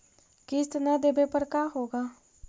किस्त न देबे पर का होगा?